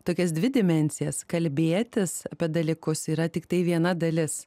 tokias dvi dimensijas kalbėtis apie dalykus yra tiktai viena dalis